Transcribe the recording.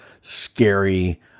scary